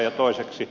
ja toiseksi